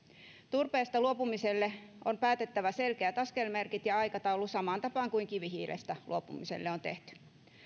turpeesta luopumiselle on päätettävä selkeät askelmerkit ja aikataulu samaan tapaan kuin kivihiilestä luopumiselle on tehty